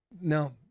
Now